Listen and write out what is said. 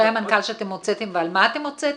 המנכ"ל שאתם הוצאתם ועל מה אתם הוצאתם.